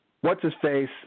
what's-his-face